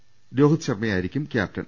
പകരം രോഹിത് ശർമയായിരിക്കും ക്യാപ്റ്റൻ